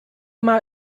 mal